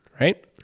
Right